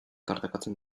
tartekatzen